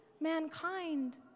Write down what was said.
mankind